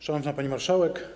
Szanowna Pani Marszałek!